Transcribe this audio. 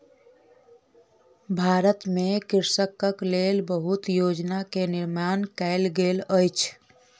भारत में कृषकक लेल बहुत योजना के निर्माण कयल गेल अछि